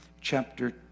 chapter